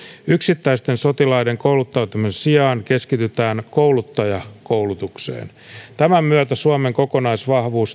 yksittäisten sotilaiden kouluttamisen sijaan keskitytään kouluttajakoulutukseen tämän myötä suomen kokonaisvahvuus